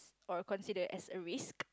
or consider as a risk